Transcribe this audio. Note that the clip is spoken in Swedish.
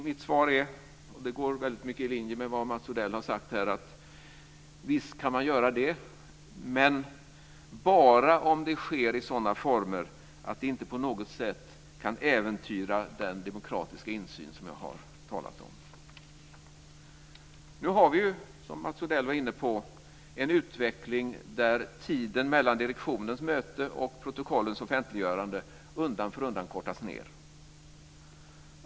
Mitt svar går väldigt mycket i linje med vad Mats Odell har sagt här: Visst kan man göra det, men bara om det sker i sådana former att det inte på något sätt kan äventyra den demokratiska insyn som jag har talat om. Som Mats Odell var inne på har vi nu en utveckling där tiden mellan direktionens möte och protokollets offentliggörande undan för undan kortas ned.